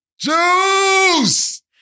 Juice